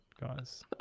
Guys